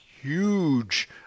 huge